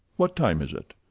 what time is it?